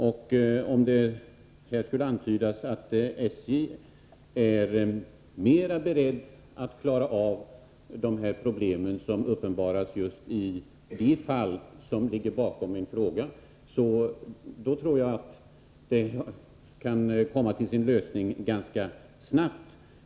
Om kommunikationsministern här vill antyda att SJ är mera berett än länstrafikföretagen att försöka lösa de problem som uppenbarats just i det fall som ligger bakom min fråga tror jag problemet kan få sin lösning ganska snabbt.